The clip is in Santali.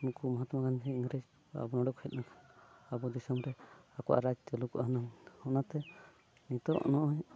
ᱱᱩᱠᱩ ᱢᱚᱦᱚᱛᱢᱟ ᱜᱟᱱᱫᱷᱤ ᱤᱝᱨᱮᱡᱽ ᱟᱵᱚ ᱱᱚᱰᱮ ᱠᱚ ᱦᱮᱡ ᱞᱮᱱᱠᱷᱟᱱ ᱟᱵᱚ ᱫᱤᱥᱚᱢ ᱨᱮ ᱟᱠᱚᱣᱟᱜ ᱨᱟᱡᱽ ᱪᱟᱹᱞᱩ ᱠᱚᱜᱼᱟ ᱦᱩᱱᱟᱹᱝ ᱚᱱᱟᱛᱮ ᱱᱤᱛᱚᱜ ᱱᱚᱜᱼᱚᱭ